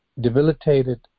debilitated